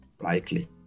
likely